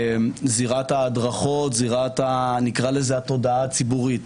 זירת ההדרכות, זירת התודעה הציבורית.